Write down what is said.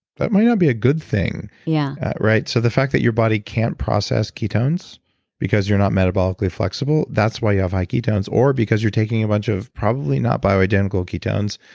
that might not be a good thing. yeah so the fact that your body can't process ketones because you're not metabolically flexible, that's why you have high ketones or because you're taking a bunch of probably not bioidentical ketones.